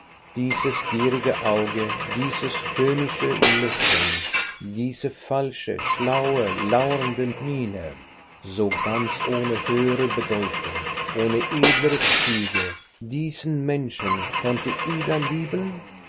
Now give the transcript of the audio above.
dieses gierige auge dieses höhnische lächeln diese falsche schlaue lauernde miene so ganz ohne höhere bedeutung ohne edlere züge diesen menschen konnte ida lieben